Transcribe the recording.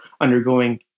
undergoing